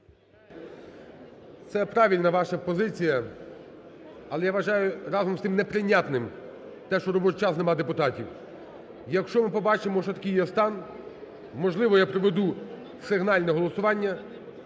Це правильна ваша позиція. Але я вважаю, разом з тим, неприйнятним те, що в робочий час нема депутатів. Якщо ми побачимо, що такий є стан, можливо, я проведу сигнальне голосування.